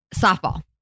softball